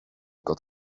got